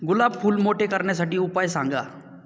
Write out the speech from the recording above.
गुलाब फूल मोठे करण्यासाठी उपाय सांगा?